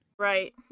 Right